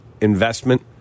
investment